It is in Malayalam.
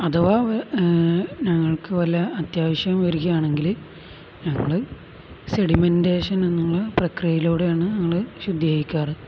അഥവാ ആ ഞങ്ങൾക്കു വല്ല അത്യാവശ്യം വരികയാണെങ്കില് ഞങ്ങള് സെഡിമെന്റേഷൻ എന്നുള്ള പ്രക്രിയയിലൂടെയാണു ഞങ്ങള് ശുദ്ധീകരിക്കാറ്